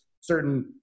certain